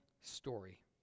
story